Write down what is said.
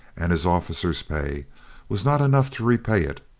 and his officer's pay was not enough to repay it.